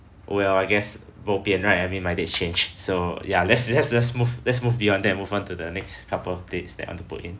well I guess bo pian right I mean my dates change so ya let's let's move let's move beyond that move on to the next couple of dates that I want to put in